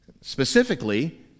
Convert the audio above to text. specifically